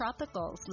Tropicals